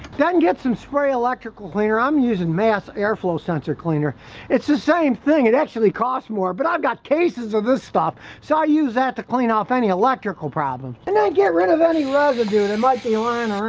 then get some spray electrical cleaner, i'm using mass airflow sensor cleaner it's the same thing it actually costs more, but i've got cases of this stuff so i use that to clean off any electrical problems, and then get rid of any residue that and might be